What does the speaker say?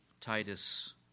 Titus